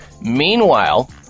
Meanwhile